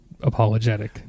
apologetic